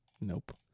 Nope